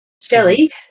Shelly